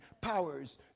powers